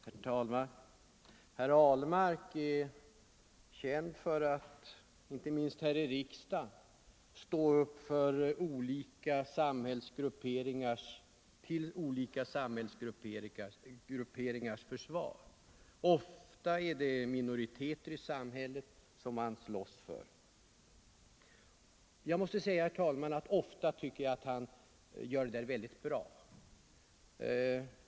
Herr talman! Herr Ahlmark är känd för att inte minst här i riksdagen stå upp till olika samhällsgrupperingars försvar. Ofta är det minoriteter i samhället som han slåss för. Jag måste säga att ofta tycker jag att han gör det väldigt bra.